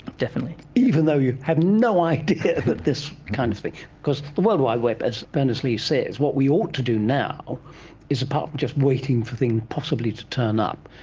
definitely. even though you had no idea that this kind of thing, because the world wide web, as berners-lee says, what we ought to do now is, apart from just waiting for things possibly to turn up,